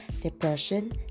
depression